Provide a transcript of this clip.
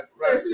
right